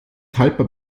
haltbar